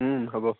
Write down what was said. হ'ব